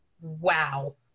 wow